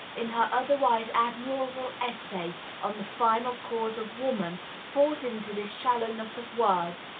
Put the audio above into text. in her otherwise admirable essay on the final cause of woman, falls into this shallowness of words,